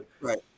right